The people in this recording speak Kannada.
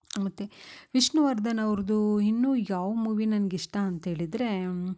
ಮತ್ತು ವಿಷ್ಣುವರ್ಧನ್ ಅವ್ರ್ದೂಇನ್ನು ಯಾವ ಮೂವಿ ನನ್ಗ ಇಷ್ಟ ಅಂತೇಳಿದರೆ